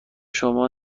شما